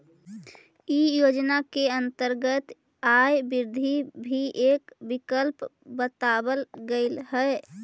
इ योजना के अंतर्गत आय वृद्धि भी एक विकल्प बतावल गेल हई